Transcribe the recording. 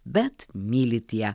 bet mylit ją